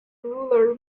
ruler